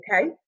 Okay